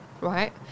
right